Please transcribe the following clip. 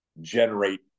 generate